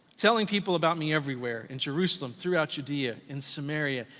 telling people about me everywhere, in jerusalem, throughout judea, in samaria,